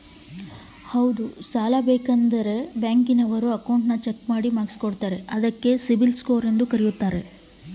ನಂಗೆ ಸಾಲ ಸಿಗಬೇಕಂದರ ಅದೇನೋ ಬ್ಯಾಂಕನವರು ನನ್ನ ಅಕೌಂಟನ್ನ ಚೆಕ್ ಮಾಡಿ ಮಾರ್ಕ್ಸ್ ಕೋಡ್ತಾರಂತೆ ಹೌದಾ?